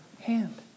hand